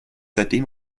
seitdem